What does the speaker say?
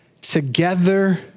together